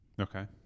okay